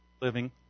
living